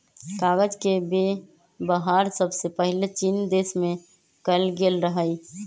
कागज के वेबहार सबसे पहिले चीन देश में कएल गेल रहइ